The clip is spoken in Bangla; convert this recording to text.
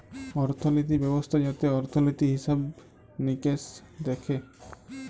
অর্থলিতি ব্যবস্থা যাতে অর্থলিতি, হিসেবে মিকেশ দ্যাখে